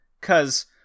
cause